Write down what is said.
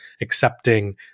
accepting